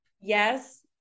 yes